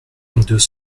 deux